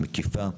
מקיפה,